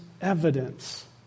evidence